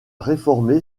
réformé